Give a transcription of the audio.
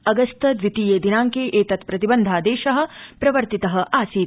अगस्त द्वितीये दिनांके एतत् प्रतिबन्धादेश प्रवर्तित आसीत्